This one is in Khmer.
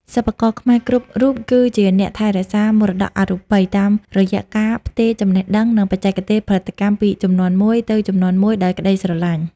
សិប្បករខ្មែរគ្រប់រូបគឺជាអ្នកថែរក្សាមរតកអរូបី តាមរយៈការផ្ទេរចំណេះដឹង និងបច្ចេកទេសផលិតកម្មពីជំនាន់មួយទៅជំនាន់មួយដោយក្ដីស្រឡាញ់។